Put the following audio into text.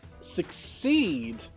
succeed